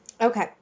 Okay